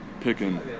Picking